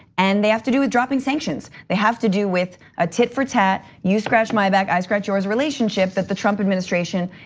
and they have to do with dropping sanctions. they have to do with a tit for tat you scratch my back, i scratch yours relationship that the trump administration,